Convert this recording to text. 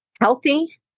healthy